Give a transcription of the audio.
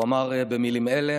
והוא אמר במילים אלה: